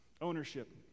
Ownership